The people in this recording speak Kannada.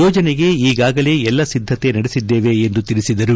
ಯೋಜನೆಗೆ ಈಗಾಗಲೇ ಎಲ್ಲ ಸಿದ್ಧತೆ ನಡೆಸಿದ್ದೇವೆ ಎಂದು ತಿಳಿಸಿದರು